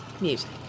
Music